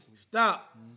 Stop